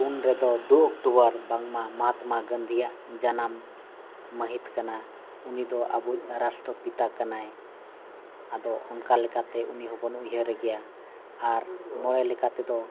ᱯᱩᱱ ᱨᱮᱫᱚ ᱫᱩ ᱚᱠᱴᱚᱵᱚᱨ ᱵᱟᱝᱢᱟ ᱢᱚᱦᱟᱛᱢᱟ ᱜᱟᱱᱫᱷᱤᱭᱟᱜ ᱡᱟᱱᱟᱢ ᱢᱟᱹᱦᱤᱛ ᱠᱟᱱᱟ ᱩᱱᱤᱫᱚ ᱟᱵᱚᱭᱤᱡ ᱨᱟᱥᱴᱨᱚ ᱯᱤᱛᱟ ᱠᱟᱱᱟᱭ ᱟᱫᱚ ᱚᱱᱠᱟ ᱞᱮᱠᱟᱛᱮ ᱩᱱᱤ ᱦᱚᱸᱵᱚᱱ ᱩᱭᱦᱟᱹᱨᱮ ᱜᱮᱭᱟ ᱟᱨ ᱢᱚᱬᱮ ᱞᱮᱠᱟ ᱛᱮᱫᱚ